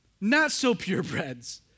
not-so-purebreds